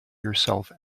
yourself